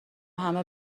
همه